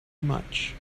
much